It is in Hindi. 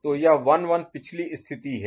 तो यह 1 1 पिछली स्थिति है